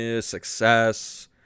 success